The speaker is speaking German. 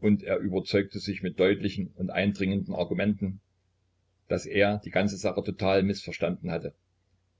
und er überzeugte sich mit deutlichen und eindringenden argumenten daß er die ganze sache total mißverstanden hatte